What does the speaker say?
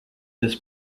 this